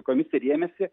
komisija rėmėsi